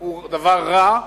שהוא דבר רע,